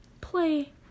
play